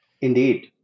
Indeed